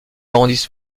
dans